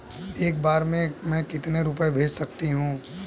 एक बार में मैं कितने रुपये भेज सकती हूँ?